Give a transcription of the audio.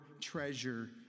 treasure